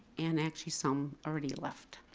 and actually some already left,